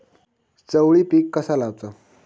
चवळी पीक कसा लावचा?